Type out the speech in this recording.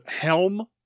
helm